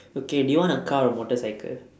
okay do you want a car or motorcycle